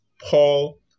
Paul